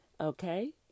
okay